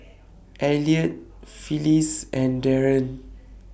Eliot Phyllis and Darien